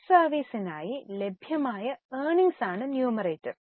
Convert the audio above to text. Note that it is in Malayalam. ഡെറ്റ് സർവീസിനായി ലഭ്യമായ ഏർണിങ്സ് ആണ് ന്യുമറേറ്റർ